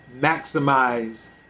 maximize